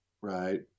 right